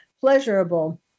pleasurable